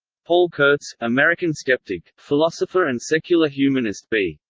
paul kurtz, american skeptic, philosopher and secular humanist b.